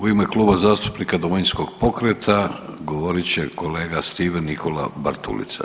U ime Kluba zastupnika Domovinskog pokreta govorit će kolega Stephen Nikola Bartulica.